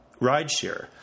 rideshare